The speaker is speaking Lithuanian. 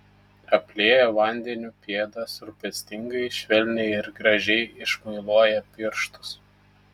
aplieja vandeniu pėdas rūpestingai švelniai ir gražiai išmuiluoja pirštus